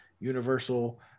Universal